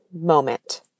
moment